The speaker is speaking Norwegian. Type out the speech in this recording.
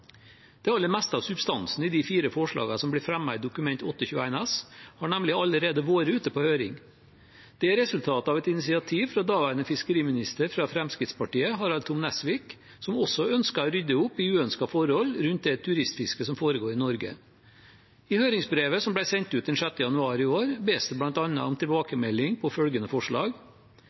Det aller meste av substansen i de fire forslagene som blir fremmet i Dokument 8: 21 S for 2019–2020, har nemlig allerede vært ute på høring. Det er resultatet av et initiativ fra daværende fiskeriminister fra Fremskrittspartiet, Harald Tom Nesvik, som også ønsket å rydde opp i uønskede forhold rundt det turistfisket som foregår i Norge. I høringsbrevet som ble sendt ut den 6. januar i år, bes det bl.a. om tilbakemelding på følgende forslag: